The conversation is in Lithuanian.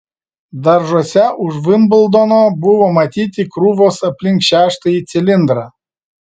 daržuose už vimbldono buvo matyti krūvos aplink šeštąjį cilindrą